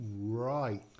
right